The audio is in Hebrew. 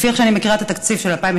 לפי איך שאני מכירה את התקציב של 2018,